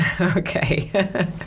Okay